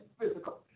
physical